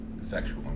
sexual